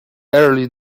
early